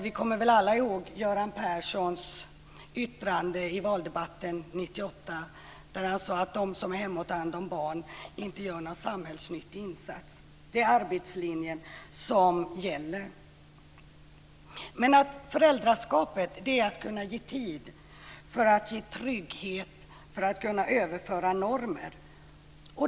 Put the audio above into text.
Vi kommer väl alla ihåg Göran Perssons yttrande i valdebatten 1998 då han sade att de som är hemma och tar hand om barn inte gör någon samhällsnyttig insats. Det är arbetslinjen som gäller. Föräldraskapet innebär att kunna ge tid för att ge trygghet och överföra normer.